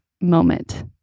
moment